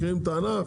מכירים את הענף,